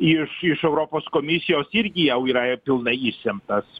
iš iš europos komisijos irgi jau yra pilnai išsemtas